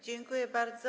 Dziękuję bardzo.